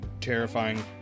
Terrifying